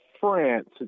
France